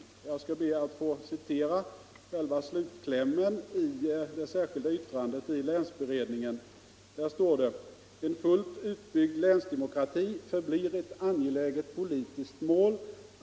Jag ber att få citera själva slutklämmen i det särskilda yttrandet i länsberedningens betänkande. Det heter där: ”En fullt utbyggd länsdemokrati förblir ett angeläget politiskt mål.